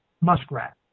muskrat